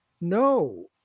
no